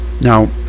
now